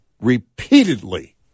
repeatedly